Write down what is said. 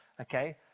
okay